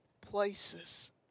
places